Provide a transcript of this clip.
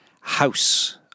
house